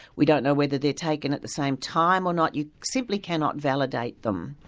we don't know whether they're taken at the same time or not. you simply cannot validate them.